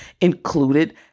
included